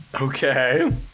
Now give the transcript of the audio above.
Okay